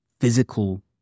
physical